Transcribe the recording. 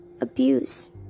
abuse